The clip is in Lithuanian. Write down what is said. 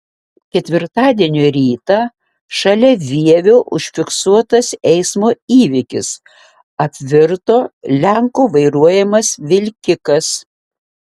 ketvirtadienio rytą šalia vievio užfiksuotas eismo įvykis apvirto lenko vairuojamas vilkikas